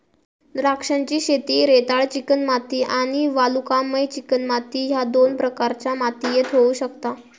द्राक्षांची शेती रेताळ चिकणमाती आणि वालुकामय चिकणमाती ह्य दोन प्रकारच्या मातीयेत होऊ शकता